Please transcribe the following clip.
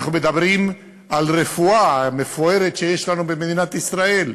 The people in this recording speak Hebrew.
אנחנו מדברים על הרפואה המפוארת שיש לנו במדינת ישראל,